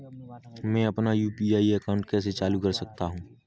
मैं अपना UPI account कैसे चालू कर सकता हूँ?